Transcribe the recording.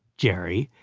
jerry,